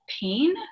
pain